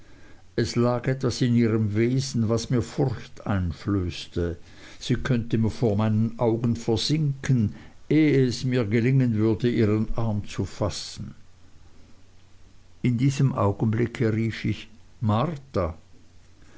es lag etwas in ihrem wesen was mir die furcht einflößte sie könnte vor meinen augen versinken ehe es mir gelingen würde ihren arm zu fassen in diesem augenblick rief ich marta